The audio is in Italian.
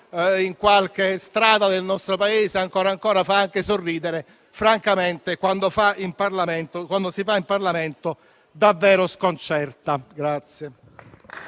in qualche strada del nostro Paese, ancora ancora, fa anche sorridere, ma francamente quando lo si fa in Parlamento davvero sconcerta.